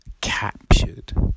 captured